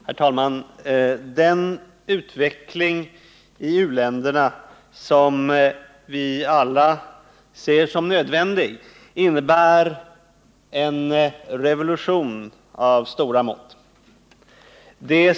Herr talman! Den utveckling i u-länderna som vi alla ser som nödvändig innebär en revolution av stora mått.